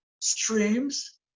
streams